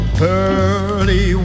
pearly